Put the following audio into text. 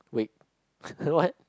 wait what